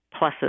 pluses